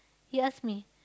he ask me